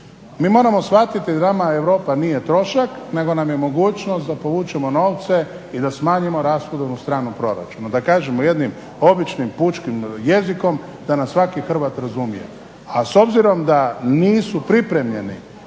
Mi moramo shvatiti, nama Europa nije trošak nego nam je mogućnost da povučemo novce i da smanjimo rashodovnu stranu proračuna, da kažemo jednim običnim pučkim jezikom, da nas svaki Hrvat razumije. A s obzirom da nisu pripremljeni